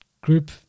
group